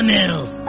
Mills